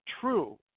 true